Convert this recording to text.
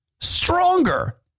stronger